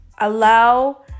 allow